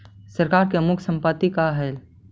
सरकार के मुख्य संपत्ति का हइ?